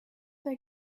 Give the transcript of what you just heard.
they